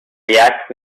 react